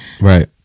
Right